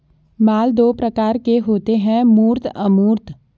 माल दो प्रकार के होते है मूर्त अमूर्त